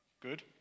Good